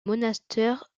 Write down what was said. monastère